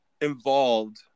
involved